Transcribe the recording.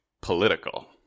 political